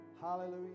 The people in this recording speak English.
Hallelujah